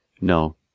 No